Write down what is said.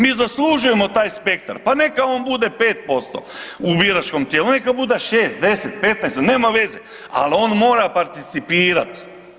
Mi zaslužujemo taj spektar, pa neka on bude 5% u biračkom tijelu, neka bude 6, 10, 15, nema veze al on mora participirati.